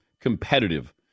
Competitive